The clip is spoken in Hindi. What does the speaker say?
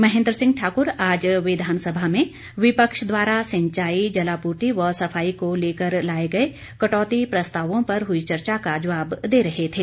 महेंद्र सिंह ठाकुर आज विधानसभा में विपक्ष द्वारा सिंचाई जलापूर्ति व सफाई को लेकर लाए गए कटौती प्रस्तावों पर हुई चर्चा का जवाब दे रहे थे